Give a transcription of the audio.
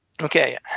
Okay